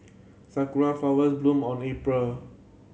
sakura flowers bloom around April